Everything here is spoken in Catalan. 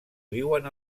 viuen